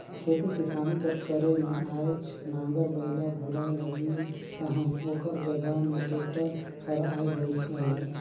खेती किसानी कर करे में आएज नांगर बइला भुलाए लगिन अहें ओकर जगहा में टेक्टर हर आए गइस अहे